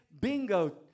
bingo